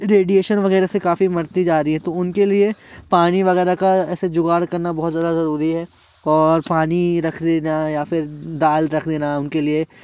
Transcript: radiation वगैरह से काफ़ी मरती जा रही है तो उनके लिए पानी वगैरह का ऐसे जुगाड़ करना बहुत ज़्यादा जरूरी है और पानी रख लेना या फिर दाल रख लेना उनके लिए और रही बात कबूतरों की